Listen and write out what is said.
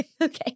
Okay